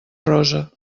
rosa